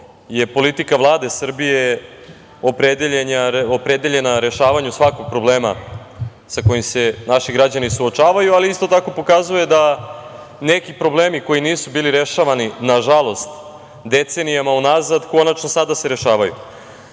je politika Vlada Srbije opredeljena rešavanju svakog problema sa kojim se naši građani suočavaju, ali isto tako pokazuje da neki problemi koji nisu bili rešavani, nažalost decenijama unazad konačno se sada rešavaju. Davno